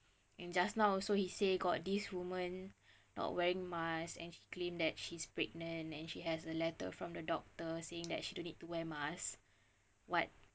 and just now also he say got this woman not wearing masks and she claim that she's pregnant and she has a letter from the doctor saying that she don't need to wear mask what